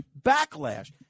backlash